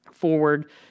Forward